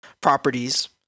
properties